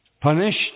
punished